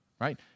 right